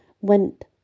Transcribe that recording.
went